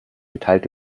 geteilt